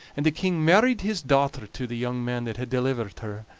and the king married his daughter to the young man that had delivered her,